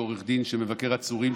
כעורך דין שמבקר עצורים,